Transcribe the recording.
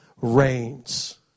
reigns